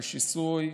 על שיסוי,